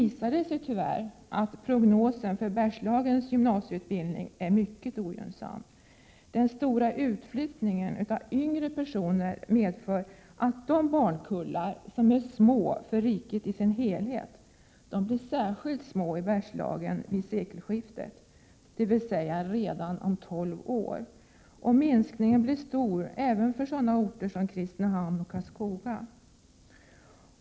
1987/88:127 prognosen för Bergslagens gymnasieutbildning är mycket ogynnsam. Den stora utflyttningen av yngre personer medför att de barnkullar som är små för riket i sin helhet blir särskilt små i Bergslagen vid sekelskiftet, dvs. redan om tolv år. Minskningen blir stor även för orter som Kristinehamn och Karlskoga.